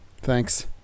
Thanks